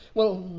well,